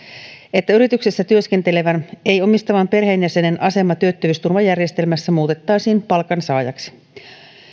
että yrityksessä työskentelevän ei omistavan perheenjäsenen asema työttömyysturvajärjestelmässä muutettaisiin palkansaajaksi